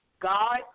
God